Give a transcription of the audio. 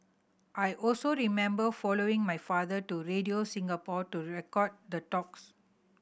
I also remember following my father to Radio Singapore to record the talks